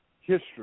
history